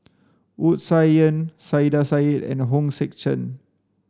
Wu Tsai Yen Saiedah Said and Hong Sek Chern